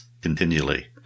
continually